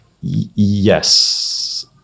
yes